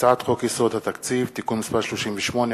הצעת חוק יסודות התקציב (תיקון מס' 38),